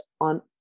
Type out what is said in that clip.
on